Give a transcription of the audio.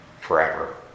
forever